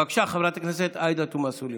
בבקשה, חברת הכנסת עאידה תומא סלימאן.